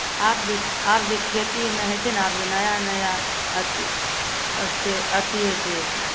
आब जे खेतीमे होइत छै नेआब जे नया नया अथी होइत छै